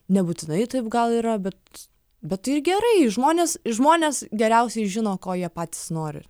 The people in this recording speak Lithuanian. nebūtinai taip gal yra bet bet tai ir gerai žmonės žmonės geriausiai žino ko jie patys nori